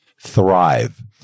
thrive